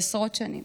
לעשרות שנים.